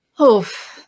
oof